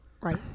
Right